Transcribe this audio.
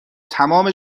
تمام